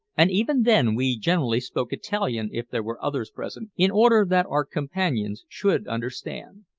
and even then we generally spoke italian if there were others present, in order that our companions should understand.